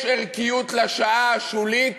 יש ערכיות לשעה השולית